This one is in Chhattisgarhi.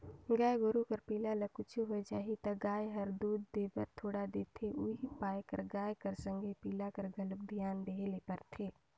गाय गोरु कर पिला ल कुछु हो जाही त गाय हर दूद देबर छोड़ा देथे उहीं पाय कर गाय कर संग पिला कर घलोक धियान देय ल परथे